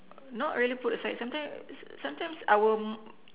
not really put aside sometimes sometimes I will